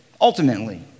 ultimately